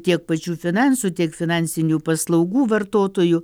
tiek pačių finansų tiek finansinių paslaugų vartotojų